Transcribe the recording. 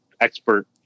expert